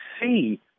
see